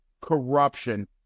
corruption